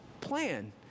plan